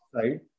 side